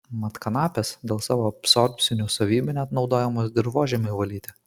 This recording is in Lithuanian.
mat kanapės dėl savo absorbcinių savybių net naudojamos dirvožemiui valyti